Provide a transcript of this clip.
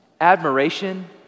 admiration